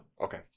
okay